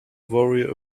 worry